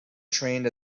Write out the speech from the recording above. trained